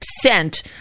sent